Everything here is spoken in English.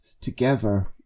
together